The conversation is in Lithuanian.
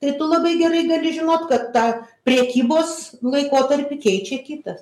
tai tu labai gerai gali žinot kad tą prekybos laikotarpį keičia kitas